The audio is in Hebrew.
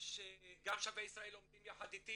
שגם "שבי ישראל" עומדים יחד איתי